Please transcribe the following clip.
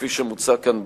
כפי שמוצע כאן בחוק.